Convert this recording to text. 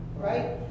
right